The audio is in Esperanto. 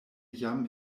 jam